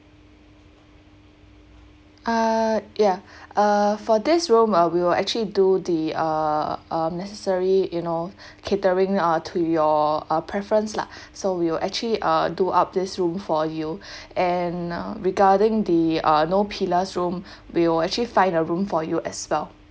err ya err for this room uh we will actually do the err um necessary you know catering uh to your uh preference lah so we will actually uh do up this room for you and uh regarding the uh no pillars room we will actually find a room for you as well